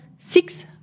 six